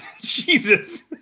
Jesus